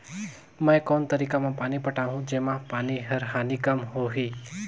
मैं कोन तरीका म पानी पटाहूं जेमा पानी कर हानि कम होही?